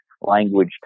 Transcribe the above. language